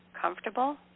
comfortable